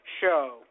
show